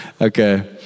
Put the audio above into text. Okay